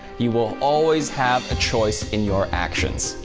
you will always have a choice in your actions.